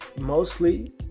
mostly